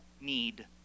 need